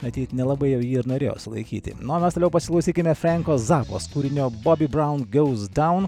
matyt nelabai jau jį ir norėjo sulaikyti na o mes toliau pasiklausykime frenko zapos kūrinio bobi braun gauz daun